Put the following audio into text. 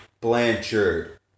Blanchard